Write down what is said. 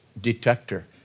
detector